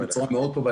בצורה מאוד טובה,